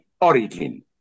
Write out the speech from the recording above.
origin